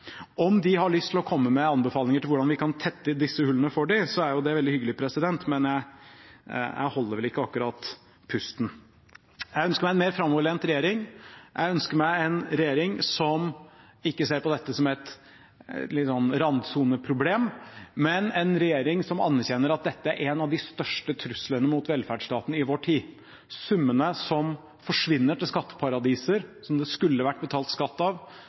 Om de har lyst til å komme med anbefalinger om hvordan vi kan tette disse hullene for dem, er jo det veldig hyggelig, men jeg holder vel ikke akkurat pusten. Jeg ønsker meg en mer framoverlent regjering, jeg ønsker meg en regjering som ikke ser på dette som et randsoneproblem, men en regjering som anerkjenner at dette er en av de største truslene mot velferdsstaten i vår tid. Summene som forsvinner til skatteparadiser, som det skulle vært betalt skatt av